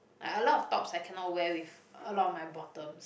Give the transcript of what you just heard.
like a lot of tops I cannot wear with a lot of my bottoms